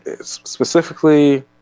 specifically